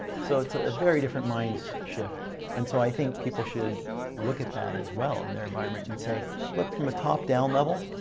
so it's a very different mind shift and so i think people should look at that as well in their environment and say look from a top-down level,